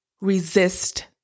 resist